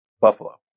Buffalo